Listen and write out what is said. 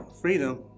freedom